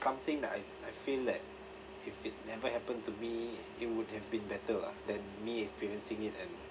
something that I I feel that if it never happen to me it would have been better lah than me experiencing it and